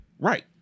Right